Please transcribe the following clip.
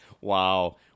Wow